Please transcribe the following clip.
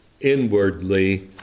inwardly